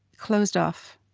closed off.